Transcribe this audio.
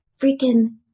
freaking